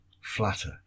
flatter